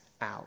out